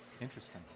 Interesting